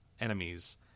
enemies